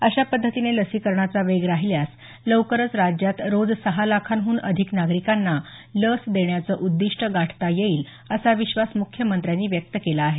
अशा पध्दतीने लसीकरणाचा वेग राहिल्यास लवकरच राज्यात रोज सहा लाखांहून अधिक नागरिकांना लस देण्याचं उद्दीष्ट गाठता येईल असा विश्वास मुख्यंमंत्र्यांनी व्यक्त केला आहे